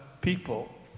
people